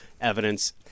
evidence